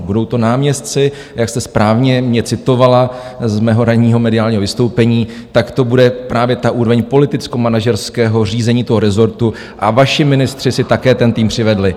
Budou to náměstci, jak jste mě správně citovala z mého ranního mediálního vystoupení, tak to bude právě ta úroveň politickomanažerského řízení rezortu a vaši ministři si také ten tým přivedli.